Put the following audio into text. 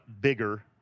bigger